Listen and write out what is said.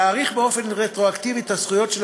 להאריך באופן רטרואקטיבי את הזכויות של